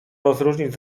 rozróżnić